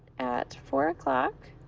at four o'clock,